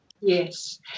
Yes